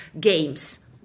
games